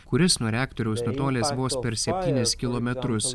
kuris nuo reaktoriaus nutolęs vos per septynis kilometrus